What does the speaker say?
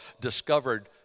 discovered